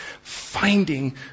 finding